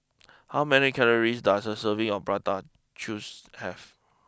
how many calories does a serving of Prata choose have